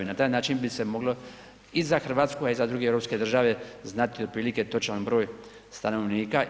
Na taj način bi se moglo i za Hrvatsku, a i za druge europske države znati otprilike točan broj stanovnika.